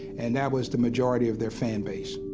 and that was the majority of their fanbase.